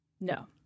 no